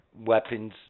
weapons